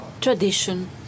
tradition